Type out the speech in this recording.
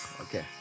okay